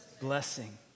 blessing